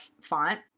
font